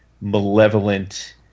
malevolent